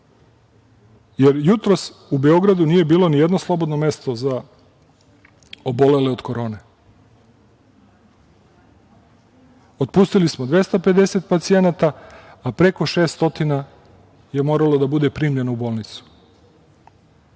smanjimo. Jutros u Beogradu nije bilo ni jedno slobodno mesto za obolele od korone. Otpustili smo 250 pacijenata, a preko 600 je moralo da bude primljeno u bolnicu